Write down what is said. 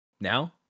Now